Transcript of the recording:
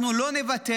אנחנו לא נוותר,